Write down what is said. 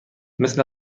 مثل